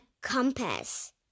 compass